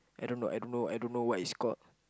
I don't know I don't know I don't know what it's called